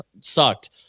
sucked